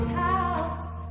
house